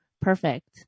perfect